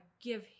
give